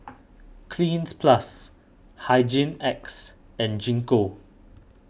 Cleanz Plus Hygin X and Gingko